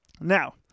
Now